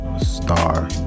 Star